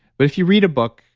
but if you read a book,